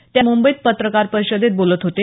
ते मुंबईत पत्रकार परिषदेत बोलत होते